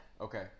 Okay